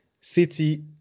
City